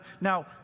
now